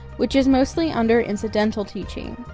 which is mostly under incidental teaching.